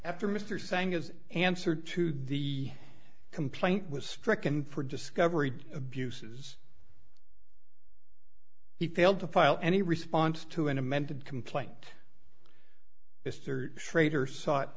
after mr sanghas answer to the complaint was stricken for discovery abuses he failed to file any response to an amended complaint mr schrader sought